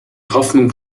hoffnung